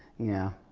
yeah.